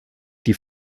die